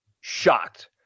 shocked